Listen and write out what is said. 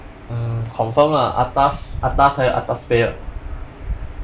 mm confirm lah atas atas higher atas pay ah